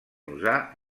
usar